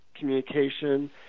Communication